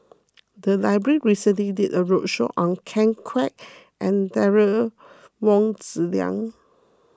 the library recently did a roadshow on Ken Kwek and Derek Wong Zi Liang